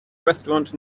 restaurant